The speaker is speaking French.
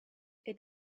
est